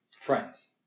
Friends